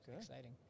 exciting